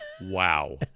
Wow